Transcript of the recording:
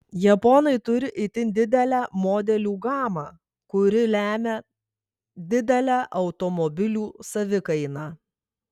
japonai turi itin didelę modelių gamą kuri lemią didelę automobilių savikainą